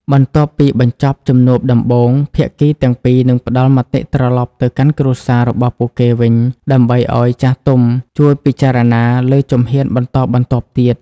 បន្ទាប់ពីបញ្ចប់ជំនួបដំបូង ភាគីទាំងពីរនឹងផ្ដល់មតិត្រឡប់ទៅកាន់គ្រួសាររបស់ពួកគេវិញ ដើម្បីឱ្យចាស់ទុំជួយពិចារណាលើជំហានបន្តបន្ទាប់ទៀត។